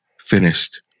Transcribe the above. finished